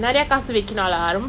ya